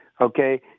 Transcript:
okay